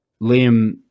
Liam